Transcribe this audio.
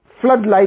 floodlight